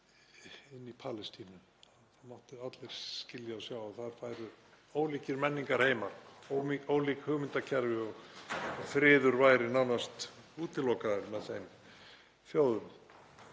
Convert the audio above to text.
inn í Palestínu. Það máttu allir skilja og sjá að þar færu ólíkir menningarheimar, ólík hugmyndakerfi og friður væri nánast útilokaður með þeim þjóðum.